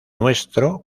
nuestro